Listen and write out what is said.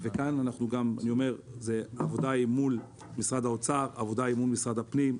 וכאן העבודה היא מול משרד האוצר ומול משרד הפנים.